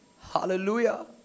Hallelujah